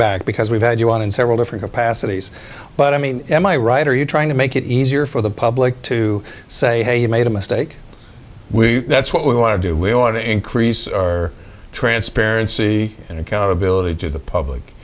back because we've had you on in several different capacities but i mean am i right are you trying to make it easier for the public to say hey you made a mistake we that's what we want to do we ought to increase our transparency and accountability to the public